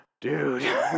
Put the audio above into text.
dude